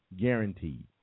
Guaranteed